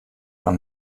fan